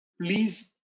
Please